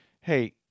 hey